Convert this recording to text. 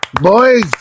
Boys